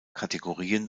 kategorien